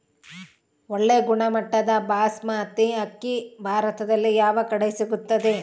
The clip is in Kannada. ಒಳ್ಳೆ ಗುಣಮಟ್ಟದ ಬಾಸ್ಮತಿ ಅಕ್ಕಿ ಭಾರತದಲ್ಲಿ ಯಾವ ಕಡೆ ಸಿಗುತ್ತದೆ?